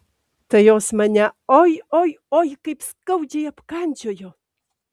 tai jos mane oi oi oi kaip skaudžiai apkandžiojo